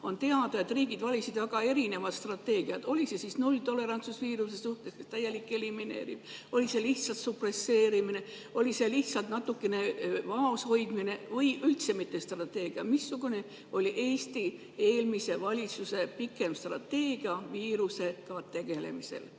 On teada, et riigid valisid väga erinevaid strateegiaid. Oli see nulltolerantsus viiruse suhtes, täielikult elimineeriv, oli see lihtsalt supresseerimine, oli see lihtsalt natukene vaoshoidmine või ei olnud see üldse mitte strateegia? Missugune oli Eesti eelmise valitsuse pikem strateegia viirusega tegelemisel?